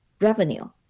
revenue